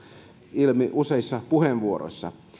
ilmi useissa puheenvuoroissa